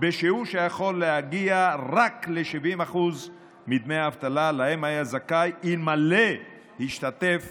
בשיעור שיכול להגיע רק ל-70% מדמי האבטלה שהיה זכאי להם אלמלא השתתף